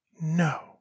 No